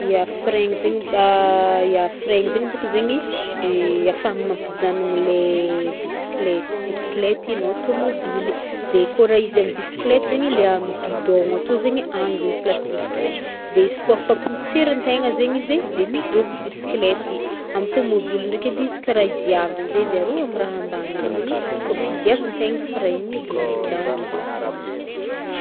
Ya, frein-gny zegny, ya frein-gny zegny bôko zegny ahafahagny mampijanony le bisiklety, bisiklety no tomoboly de koa raha izy amy bisiklety zegny le amy gidon-gno atô zagny agny zegny placen'ny frein, de izy kaofa potserintegna zegny izy de midoko bisikleta igny, amy tomobily ndraiky edy izy karaha idiavana zay izy aroa amy raha ambany aroa ary, kaofa hidiavintegna frein igny de mijanona zegny tomobily.